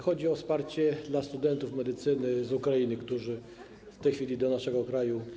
Chodzi o wsparcie dla studentów medycyny z Ukrainy, którzy w tej chwili dotarli do naszego kraju.